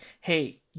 hey